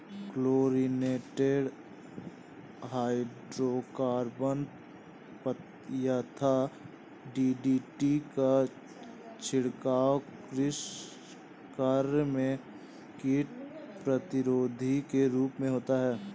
chlorinated hydrocarbon यथा DDT का छिड़काव कृषि कार्य में कीट प्रतिरोधी के रूप में होता है